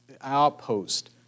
outpost